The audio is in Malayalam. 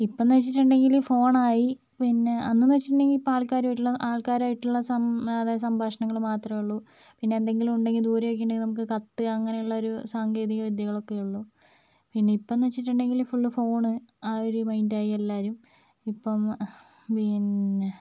ഇപ്പം എന്ന് വെച്ചിട്ടുണ്ടെങ്കില് ഫോൺ ആയി പിന്നെ അന്നെന്ന് വെച്ചിട്ടുണ്ടെങ്കില് ഇപ്പോൾ ആൾക്കാര് ആയിട്ടുള്ള ആൾക്കാരായിട്ടുള്ള സം അതായത് സംഭാഷണങ്ങളും മാത്രമേ ഉള്ളൂ പിന്നെ എന്തെങ്കിലും ഉണ്ടെങ്കിൽ ദൂരെയൊക്കെ ഉണ്ടെങ്കിൽ നമുക്ക് കത്ത് അങ്ങനെയുള്ള ഒരു സാങ്കേതികവിദ്യകളോക്കെയുണ്ട് പിന്നെ ഇപ്പം എന്ന് വെച്ചിട്ടുണ്ടെങ്കില് ഫുള്ള് ഫോണ് ആ ഒരു മയിൻഡായി എല്ലാവരും ഇപ്പം പിന്നെ